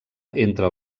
entre